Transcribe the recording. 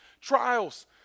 trials